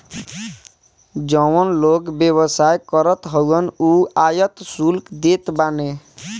जवन लोग व्यवसाय करत हवन उ आयात शुल्क देत बाने